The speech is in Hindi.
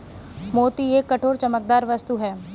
मोती एक कठोर, चमकदार वस्तु है